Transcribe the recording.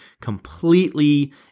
completely